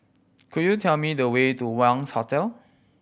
could you tell me the way to Wangz Hotel